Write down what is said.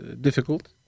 difficult